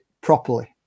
properly